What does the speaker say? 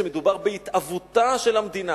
שמדובר בהתהוותה של המדינה,